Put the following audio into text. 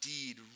indeed